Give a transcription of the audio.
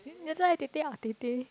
that's why ah tetek ah tetek